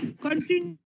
Continue